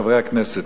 חברי הכנסת,